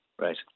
right